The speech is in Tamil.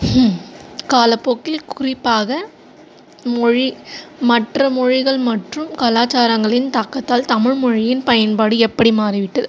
காலப்போக்கில் குறிப்பாக மொழி மற்ற மொழிகள் மற்றும் கலாச்சாரங்களின் தாக்கத்தால் தமிழ்மொழியின் பயன்பாடு எப்படி மாறிவிட்டது